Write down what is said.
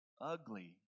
ugly